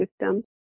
system